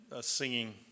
singing